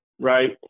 right